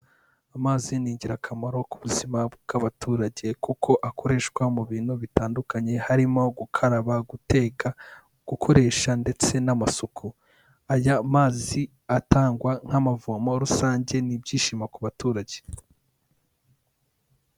Amazi ni ingirakamaro ku buzima bw'abaturage kuko akoreshwa mu bintu bitandukanye, harimo gukaraba, guteka gukoresha ndetse n'amasuku, aya mazi atangwa nk'amavomo rusange ni ibyishimo ku baturage.